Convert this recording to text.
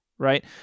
right